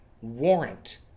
warrant